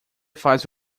faz